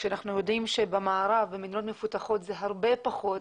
כשאנחנו יודעים שבמערב במדינות מפותחות זה הרבה פחות